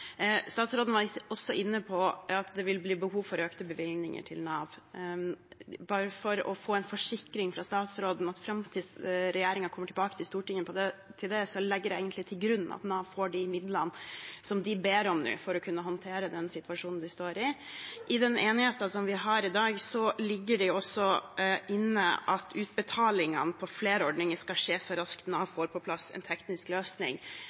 Statsråden var også inne på at det vil bli behov for økte bevilgninger til Nav. Jeg ønsker bare å få en forsikring fra statsråden om at fram til regjeringen kommer tilbake til Stortinget når det gjelder dette, legger jeg til grunn at Nav får de midlene de nå ber om, for å kunne håndtere den situasjonen de står i. I den enigheten vi har i dag, ligger det også inne at utbetalingene på flere ordninger skal skje så raskt Nav får på plass en teknisk løsning.